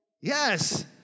Yes